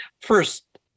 First